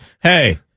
Hey